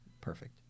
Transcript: perfect